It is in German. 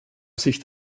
sicht